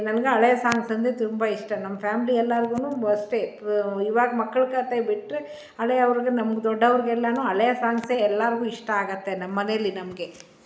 ನನ್ಗೆ ಹಳೆ ಸಾಂಗ್ಸ್ ಅಂದರೆ ತುಂಬ ಇಷ್ಟ ನಮ್ಮ ಫಾಮ್ಲಿ ಎಲ್ಲರ್ಗೂನು ಅಷ್ಟೇ ಇವಾಗ ಮಕ್ಳು ಕಥೆ ಬಿಟ್ಟರೆ ಹಳೆಯವ್ರಿಗೆ ನಮ್ಮ ದೊಡ್ಡವ್ರಿಗೆಲ್ಲನೂ ಹಳೇ ಸಾಂಗ್ಸೆ ಎಲ್ಲರಿಗೂ ಇಷ್ಟ ಆಗುತ್ತೆ ನಮ್ಮ ಮನೇಲಿ ನಮಗೆ